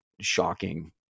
shocking